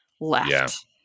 left